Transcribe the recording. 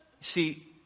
See